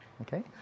Okay